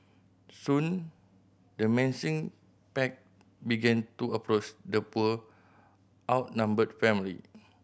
soon the menacing pack began to approach the poor outnumbered family